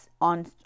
on